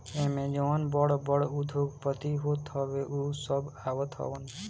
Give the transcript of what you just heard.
एमे जवन बड़ बड़ उद्योगपति होत हवे उ सब आवत हवन